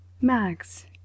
Max